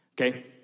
Okay